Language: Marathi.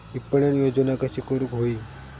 विपणन योजना कशी करुक होई?